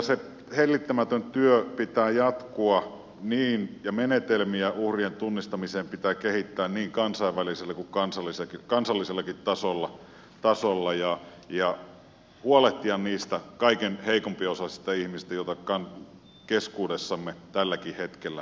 sen hellittämättömän työn pitää jatkua ja menetelmiä uhrien tunnistamiseen pitää kehittää niin kansainvälisellä kuin kansallisellakin tasolla ja pitää huolehtia niistä kaikkein heikko osaisimmista ihmisistä joita keskuudessamme tälläkin hetkellä on paljon